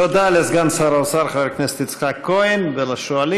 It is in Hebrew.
תודה לסגן שר האוצר חבר הכנסת יצחק כהן ולשואלים.